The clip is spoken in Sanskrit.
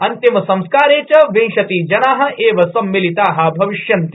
अंतिमसंस्कारे च विंशतिजना एव सम्मिलिता भविष्यन्ति